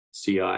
CI